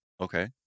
Okay